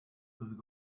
could